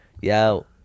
Yo